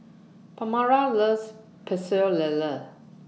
Pamala loves Pecel Lele